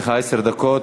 יש לך עשר דקות.